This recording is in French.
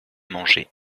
manger